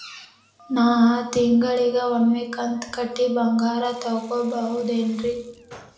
ನಾ ತಿಂಗಳಿಗ ಒಮ್ಮೆ ಕಂತ ಕಟ್ಟಿ ಬಂಗಾರ ತಗೋಬಹುದೇನ್ರಿ?